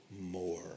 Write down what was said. more